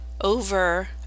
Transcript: over